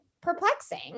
perplexing